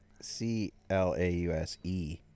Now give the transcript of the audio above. C-L-A-U-S-E